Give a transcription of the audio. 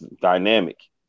dynamic